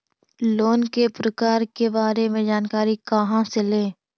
Loan के प्रकार के बारे मे जानकारी कहा से ले?